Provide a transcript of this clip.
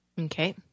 Okay